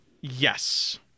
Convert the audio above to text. Yes